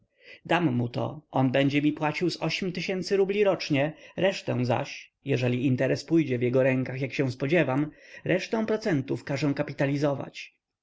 dam mu to on będzie mi płacił z ośm tysięcy rubli rocznie resztę zaś jeżeli interes pójdzie w jego rękach jak się spodziewam resztę procentów każę kapitalizować